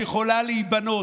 שיכולה להיבנות,